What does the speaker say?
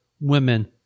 women